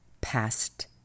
past